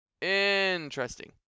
interesting